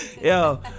Yo